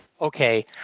okay